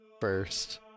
first